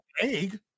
egg